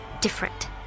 different